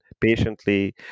patiently